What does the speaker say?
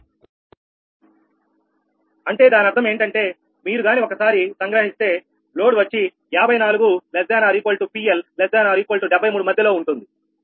అంటే దాని అర్థం ఏంటంటే మీరు గాని ఒకసారి సంగ్రహిస్తే లోడ్ వచ్చి 54≤PL≤73 మధ్యలో ఉంటుంది